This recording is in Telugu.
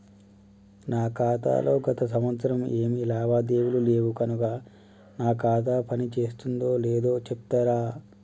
నా ఖాతా లో గత సంవత్సరం ఏమి లావాదేవీలు లేవు కనుక నా ఖాతా పని చేస్తుందో లేదో చెప్తరా?